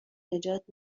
نجات